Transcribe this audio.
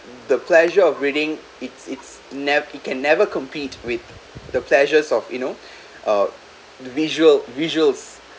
the pleasure of reading it's it's never it can never compete with the pleasures of you know uh the visual visuals